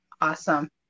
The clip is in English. Awesome